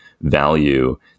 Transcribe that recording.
value